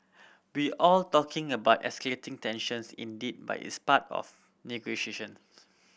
we all talking about escalating tensions indeed but it's part of negotiations